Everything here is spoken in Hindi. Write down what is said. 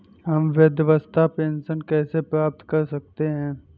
हम वृद्धावस्था पेंशन कैसे प्राप्त कर सकते हैं?